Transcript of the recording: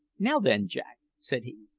now, then, jack, said he,